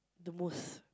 the most